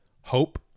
Hope